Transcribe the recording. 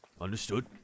Understood